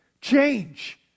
change